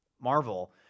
Marvel